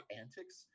antics